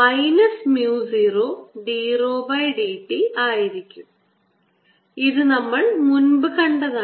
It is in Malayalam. minus mu 0 d rho by d t ആയിരിക്കും ഇത് നമ്മൾ മുൻപ് കണ്ടതാണ്